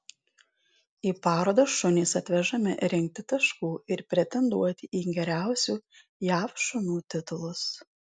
į parodas šunys atvežami rinkti taškų ir pretenduoti į geriausių jav šunų titulus